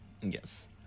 Yes